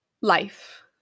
Life